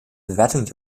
bewertung